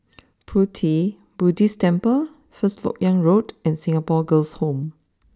Pu Ti Buddhist Temple first Lok Yang Road and Singapore Girls' Home